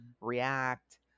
react